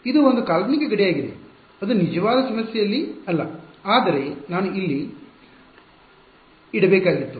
ಇದು ಒಂದು ಕಾಲ್ಪನಿಕ ಗಡಿಯಾಗಿದೆ ಅದು ನಿಜವಾದ ಸಮಸ್ಯೆಯಲ್ಲಿ ಇಲ್ಲ ಆದರೆ ನಾನು ಅದನ್ನು ಅಲ್ಲಿ ಇಡಬೇಕಾಗಿತ್ತು